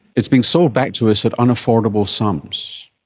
it's been sold back to us at unaffordable sums.